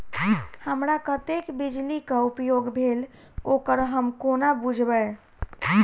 हमरा कत्तेक बिजली कऽ उपयोग भेल ओकर हम कोना बुझबै?